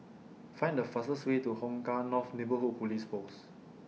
Find The fastest Way to Hong Kah North Neighbourhood Police Post